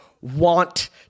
want